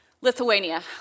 Lithuania